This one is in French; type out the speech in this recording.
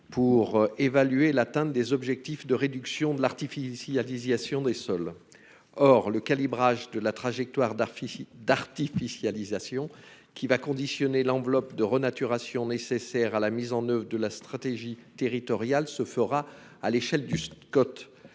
pour évaluer l'atteinte des objectifs de réduction de l'artificialisation des sols. Or, le calibrage de la trajectoire d'artificialisation conditionnant l'enveloppe de renaturation nécessaire à la mise en oeuvre de la stratégie territoriale se fera à l'échelle du Scot.